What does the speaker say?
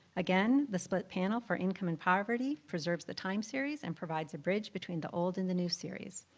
again, the split panel for income and poverty preserves the time series and provides a bridge between the old and the new series.